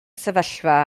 sefyllfa